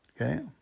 Okay